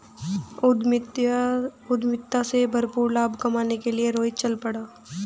उद्यमिता से भरपूर लाभ कमाने के लिए रोहित चल पड़ा